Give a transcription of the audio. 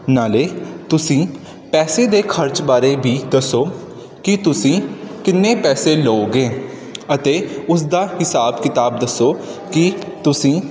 ਨਾਲੇ ਤੁਸੀਂ ਪੈਸੇ ਦੇ ਖਰਚ ਬਾਰੇ ਵੀ ਦੱਸੋ ਕਿ ਤੁਸੀਂ ਕਿੰਨੇ ਪੈਸੇ ਲਓਗੇ ਅਤੇ ਉਸਦਾ ਹਿਸਾਬ ਕਿਤਾਬ ਦੱਸੋ ਕਿ ਤੁਸੀਂ